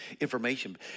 information